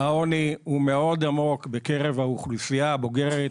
העוני הוא מאוד עמוק בקרב האוכלוסייה הבוגרת.